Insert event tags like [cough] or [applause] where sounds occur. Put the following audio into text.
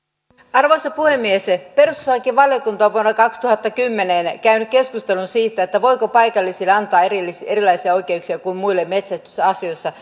arvoisa puhemies perustuslakivaliokunta on vuonna kaksituhattakymmenen käynyt keskustelun siitä voiko paikallisille antaa erilaisia oikeuksia kuin muille metsästysasioissa [unintelligible]